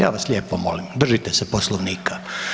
Ja vas lijepo molim držite se Poslovnika.